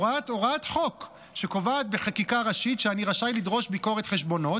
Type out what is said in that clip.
את הוראת החוק שקובעות בחקיקה ראשית שאני רשאי לדרוש ביקורת חשבונות,